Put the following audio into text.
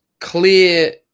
clear